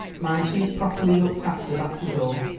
mind she is properly looked after, that is all,